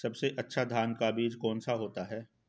सबसे अच्छा धान का बीज कौन सा होता है?